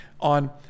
on